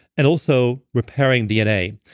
and also repairing dna.